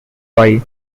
oil